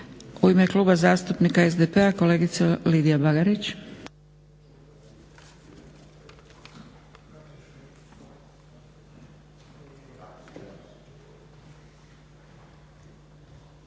U ime Kluba zastupnika SDP-a kolegica Lidija Bagarić.